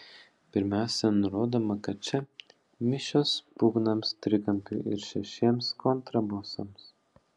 pirmiausia nurodoma kad čia mišios būgnams trikampiui ir šešiems kontrabosams